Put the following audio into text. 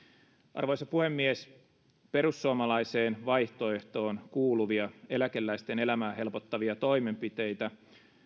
arvoisa puhemies perussuomalaiseen vaihtoehtoon kuuluvia eläkeläisten elämää helpottavia toimenpiteitä